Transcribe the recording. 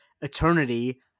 eternity